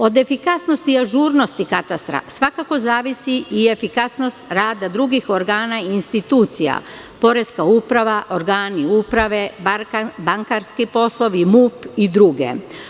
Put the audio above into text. Od efikasnosti i ažurnosti katastra, svakako zavisi i efikasnost rada drugih organa i institucija, poreska uprava, organi uprave, bankarski poslovi, MUP i druge.